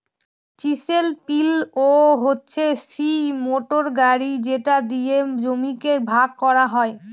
chisel পিলও হচ্ছে সিই মোটর গাড়ি যেটা দিয়ে জমিকে ভাগ করা হয়